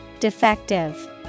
Defective